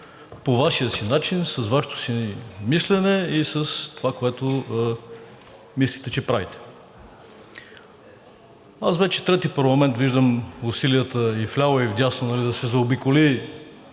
по Вашия си начин, с Вашето си мислене и с това, което мислите, че правите. Аз вече трети парламент виждам усилията вляво и вдясно да се заобиколи